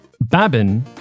Babin